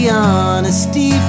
honesty